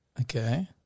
Okay